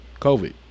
COVID